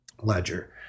ledger